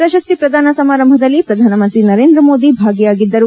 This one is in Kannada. ಪ್ರಶಸ್ತಿ ಪ್ರದಾನ ಸಮಾರಂಭದಲ್ಲಿ ಪ್ರಧಾನಮಂತ್ರಿ ನರೇಂದ್ರ ಮೋದಿ ಭಾಗಿಯಾಗಿದ್ದರು